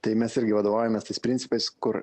tai mes irgi vadovaujamės tais principais kur